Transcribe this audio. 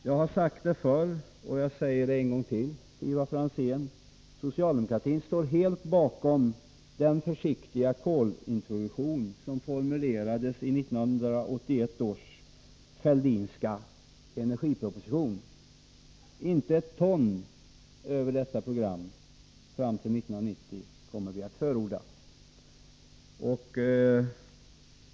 Jag har sagt det förr, och jag säger det en gång till, Ivar Franzén — socialdemokratin står helt bakom den försiktiga kolintroduktion som formulerades i 1981 års Fälldinska energiproposition. Inte ett ton över detta program fram till 1990 kommer vi att förorda.